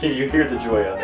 you hear the joy